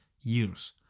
years